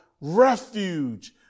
refuge